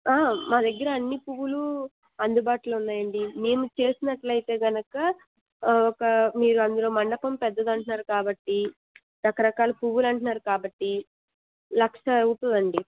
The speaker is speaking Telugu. మా దగ్గర అన్నీ పూలు అందుబాటులో ఉన్నాయండి మేము ఇది చేసినట్టయితే కనుక ఒక మీరు అందులో మండపం పెద్దది అంటున్నారు కాబట్టి రకరకాల పూలు అంటున్నారు కాబట్టి లక్ష అవుతుంది అండి